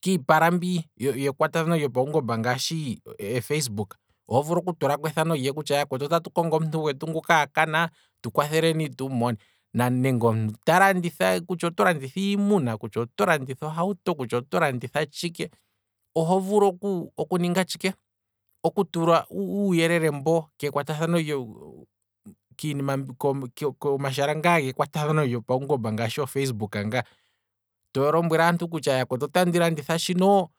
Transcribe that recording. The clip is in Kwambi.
kiipala mbi yofacebook, nenge omuntu to landitha, kutya oto landitha iimuna kutya oto landitha ohauto, kutya oto landitha tshike, oho vulu oku tula tshike. oku tula uuyelele mbono ke kwatathano, kiinima ngaa komashala goma kwatathano gopaungomba, ngaashi o facebook ngaa, to lombwele aantu kutya otandi landitha shino